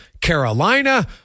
Carolina